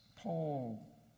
Paul